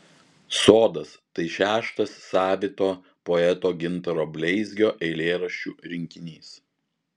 sodas tai šeštas savito poeto gintaro bleizgio eilėraščių rinkinys